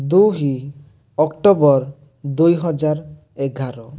ଦୁଇ ଅକ୍ଟୋବର ଦୁଇହଜାର ଏଗାର